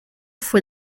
fue